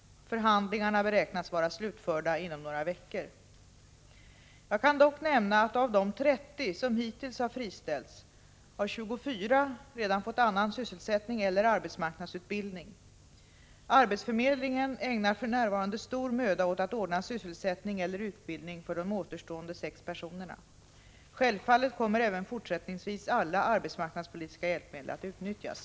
Förhandlingarna beräknas vara slutförda inom några veckor. Jag kan dock nämna att av de 30 som hittills har friställts har 24 redan fått annan sysselsättning eller arbetsmarknadsutbildning. Arbetsförmedlingen ägnar för närvarande stor möda åt att ordna sysselsättning eller utbildning för de återstående sex personerna. Självfallet kommer även fortsättningsvis alla arbetsmarknadspolitiska hjälpmedel att utnyttjas.